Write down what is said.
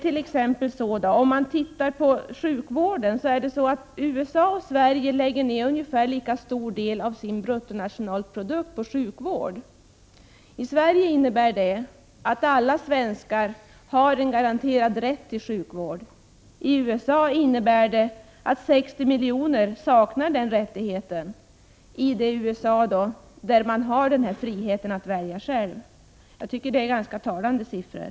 I USA och i Sverige lägger vi ner ungefär lika stor del av bruttonationalprodukten på sjukvård. I Sverige innebär det att alla svenskar har en garanterad rätt till sjukvård. I USA innebär det att 60 miljoner människor saknar den rättigheten, i det USA där man har friheten att välja själv. Jag tycker det är ganska talande siffror.